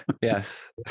Yes